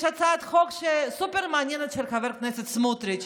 יש הצעת חוק סופר-מעניינת של חבר הכנסת סמוטריץ',